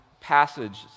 passage